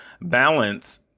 balance